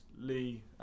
Lee